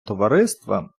товариства